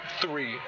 three